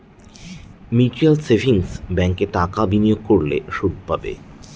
mutual savings ব্যাঙ্কে টাকা বিনিয়োগ করলে সুদ পাবে